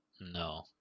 No